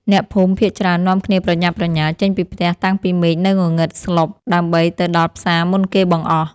អ្នកភូមិភាគច្រើននាំគ្នាប្រញាប់ប្រញាល់ចេញពីផ្ទះតាំងពីមេឃនៅងងឹតស្លុបដើម្បីទៅដល់ផ្សារមុនគេបង្អស់។